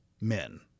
men